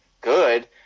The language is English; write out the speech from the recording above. good